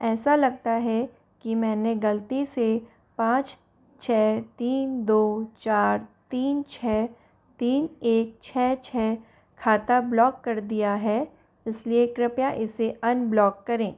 ऐसा लगता है कि मैंने गलती से पाँच छः तीन दो चार तीन छः तीन एक छः छः खाता ब्लॉक कर दिया है इसलिए कृपया इसे अनब्लॉक करें